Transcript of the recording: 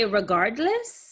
regardless